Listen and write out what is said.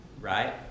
right